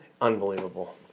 unbelievable